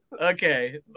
Okay